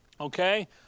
Okay